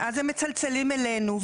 ואז הם מצלצלים אלינו,